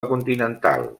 continental